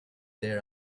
there